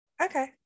okay